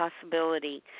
possibility